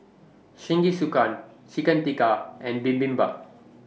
Jingisukan Chicken Tikka and Bibimbap